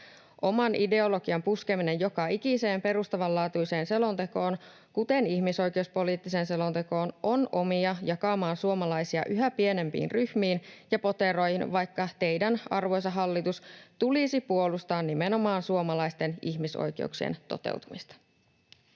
Oman ideologian puskeminen joka ikiseen perustavanlaatuiseen selontekoon, kuten ihmisoikeuspoliittiseen selontekoon, on omiaan jakamaan suomalaisia yhä pienempiin ryhmiin ja poteroihin, vaikka teidän, arvoisa hallitus, tulisi puolustaa nimenomaan suomalaisten ihmisoi-keuksien toteutumista.